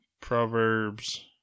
Proverbs